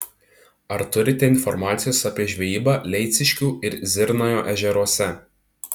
ar turite informacijos apie žvejybą leiciškių ir zirnajo ežeruose